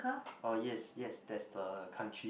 oh yes yes that's the country